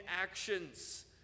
actions